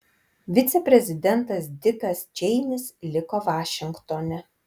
viceprezidentas dikas čeinis liko vašingtone